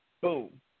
boom